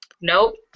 Nope